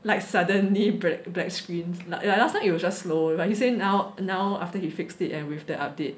like suddenly black screen lah like last time it will just slow but he say now now after he fixed it and with the update